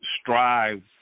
strive